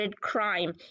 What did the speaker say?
crime